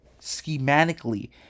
schematically